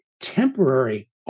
temporary